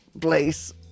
place